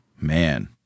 Man